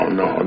no